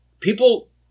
people